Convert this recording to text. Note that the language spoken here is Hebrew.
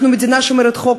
אנחנו מדינה שומרת חוק,